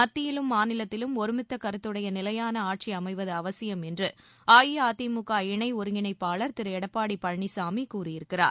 மத்தியிலும் மாநிலத்திலும் ஒருமித்த கருத்துடைய நிலையான ஆட்சி அமைவது அவசியம் என்று அஇஅதிமுக இணை ஒருங்கிணைப்பாளர் திரு எடப்பாடி பழனிசாமி கூறியிருக்கிறார்